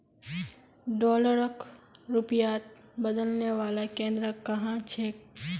डॉलरक रुपयात बदलने वाला केंद्र कुहाँ छेक